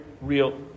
real